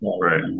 right